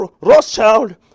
Rothschild